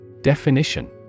Definition